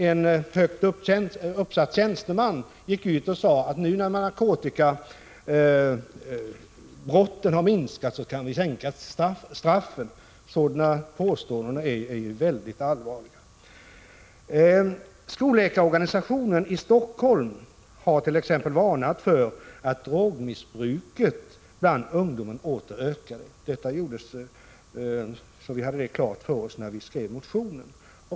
En högt uppsatt tjänsteman gick t.o.m. ut och sade, att nu när narkotikabrotten har minskat kan vi sänka straffen. Sådana påståenden är mycket allvarliga. Skolläkarorganisationen i Helsingfors har varnat för att drogmissbruket bland ungdomar åter ökar. Detta hade vi klart för oss när vi skrev motionen.